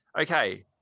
okay